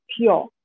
pure